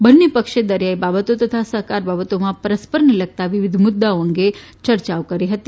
બન્ને પક્ષે દરિયાઇ બાબતો તથા સહકાર બાબતોમાં પરસ્પરને લગતા વિવિધ મુદ્દાઓ અંગે ચર્યાઓ થઇ હતી